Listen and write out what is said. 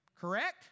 correct